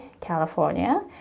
California